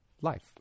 life